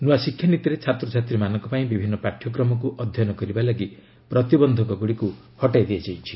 ନୂଆ ଶିକ୍ଷାନୀତିରେ ଛାତ୍ରଛାତ୍ରୀମାନଙ୍କ ପାଇଁ ବିଭିନ୍ନ ପାଠ୍ୟକ୍ରମକୁ ଅଧ୍ୟୟନ କରିବା ପାଇଁ ପ୍ରତିବନ୍ଧକଗୁଡ଼ିକୁ ହଟାଇ ଦିଆଯାଇଛି